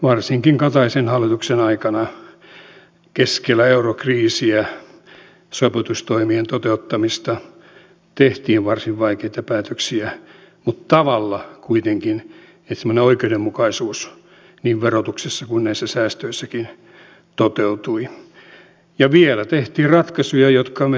varsinkin kataisen hallituksen aikana keskellä eurokriisiä sopeutustoimien toteuttamiseksi tehtiin varsin vaikeita päätöksiä mutta kuitenkin tavalla että semmoinen oikeudenmukaisuus niin verotuksessa kuin näissä säästöissäkin toteutui ja vielä tehtiin ratkaisuja jotka meidän kilpailukykyä paransivat